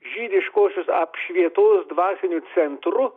žydiškosios apšvietos dvasiniu centru